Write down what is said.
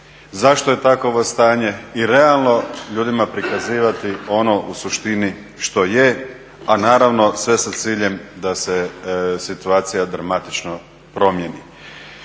Zašto je takovo stanje i realno ljudima prikazivati ono u suštini što je, a naravno sve sa ciljem da se situacija dramatično promijeni.